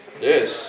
Yes